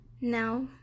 now